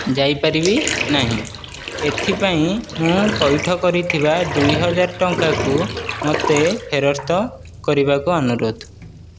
ଯାଇପାରିବି ନାହିଁ ଏଥିପାଇଁ ମୁଁ ପଇଠ କରିଥିବା ଦୁଇହଜାର ଟଙ୍କାକୁ ମୋତେ ଫେରସ୍ତ କରିବାକୁ ଅନୁରୋଧ